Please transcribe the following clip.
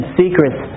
secrets